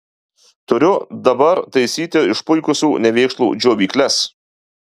turiu dabar taisyti tų išpuikusių nevėkšlų džiovykles